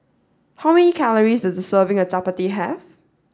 how many calories does a serving of Chappati have